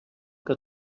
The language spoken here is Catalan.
que